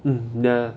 mm ya ya